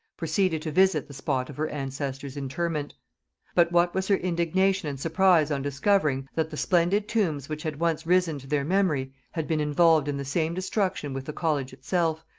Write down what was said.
proceeded to visit the spot of her ancestors' interment but what was her indignation and surprise on discovering, that the splendid tombs which had once risen to their memory, had been involved in the same destruction with the college itself,